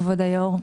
כבוד היו"ר,